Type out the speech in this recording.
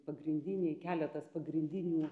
pagrindiniai keletas pagrindinių